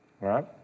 right